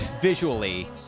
visually